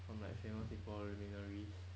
from like famous people luminaries